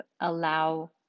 allow